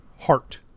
heart